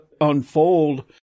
unfold